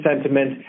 sentiment